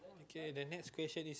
okay the next question is